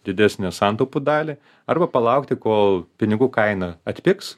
didesnę santaupų dalį arba palaukti kol pinigų kaina atpigs